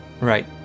right